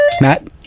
Matt